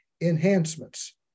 enhancements